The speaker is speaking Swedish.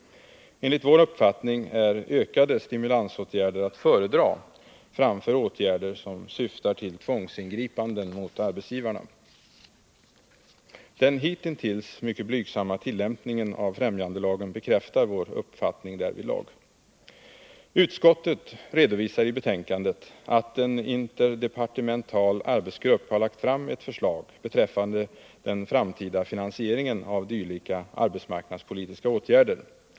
Enligt vår uppfattning är ökade stimulansåtgärder att föredra framför åtgärder som syftar till tvångsingripanden mot arbetsgivarna. Den hitintills mycket blygsamma tillämpningen av främjandelagen bekräftar vår uppfattning därvidlag. Utskottet redovisar i betänkandet att en interdepartemental arbetsgrupp har lagt fram ett förslag beträffande den framtida finansieringen av dylika arbetsmarknadspolitiska åtgärder.